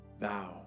thou